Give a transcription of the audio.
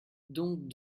donc